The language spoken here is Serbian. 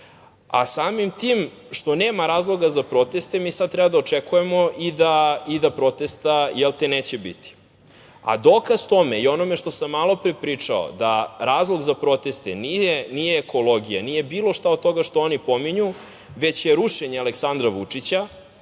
tako? Samim tim što nema razloga za proteste, mi sada treba da očekujemo i da protesta neće biti. Dokaz tome i onome što sam malopre pričao da razlog za proteste nije ekologija, nije bilo šta od toga što oni pominju, već je rušenje Aleksandra Vučića